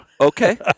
Okay